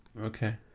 Okay